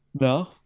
No